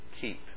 keep